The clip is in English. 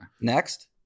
Next